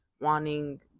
wanting